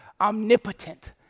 omnipotent